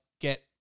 get